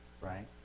Right